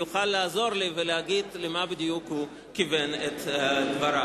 יוכל לעזור לי ולהגיד למה בדיוק הוא כיוון את דבריו.